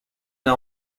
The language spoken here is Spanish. era